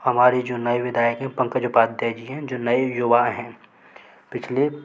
हमारे जो नए विधायक हैं पंकज उपाध्याय जी जो नए युवा हैं पिछले